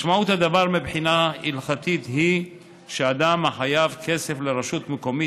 משמעות הדבר מבחינה הלכתית היא שאדם החייב כסף לרשות מקומית,